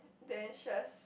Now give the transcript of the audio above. damn stress